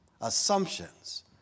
Assumptions